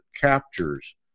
captures